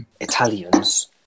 Italians